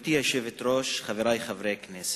גברתי היושבת-ראש, חברי חברי הכנסת,